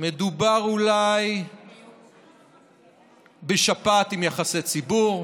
שמדובר אולי בשפעת עם יחסי ציבור,